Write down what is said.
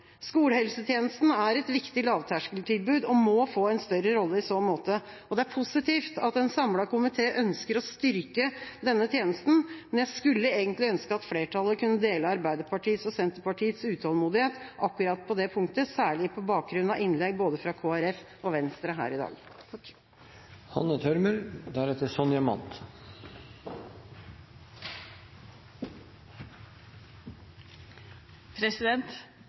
Skolehelsetjenesten er et viktig lavterskeltilbud og må få en større rolle i så måte. Det er positivt at en samlet komité ønsker å styrke denne tjenesten, men jeg skulle egentlig ønske at flertallet kunne dele Arbeiderpartiets og Senterpartiets utålmodighet akkurat på det punktet, særlig på bakgrunn av innlegg fra både Kristelig Folkeparti og Venstre her i dag.